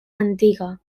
antiga